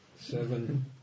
Seven